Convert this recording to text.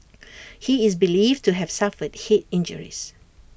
he is believed to have suffered Head injuries